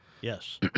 Yes